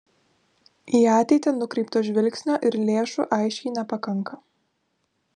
į ateitį nukreipto žvilgsnio ir lėšų aiškiai nepakanka